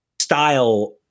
style